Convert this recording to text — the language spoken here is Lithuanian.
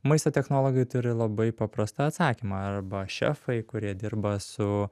maisto technologai turi labai paprastą atsakymą arba šefai kurie dirba su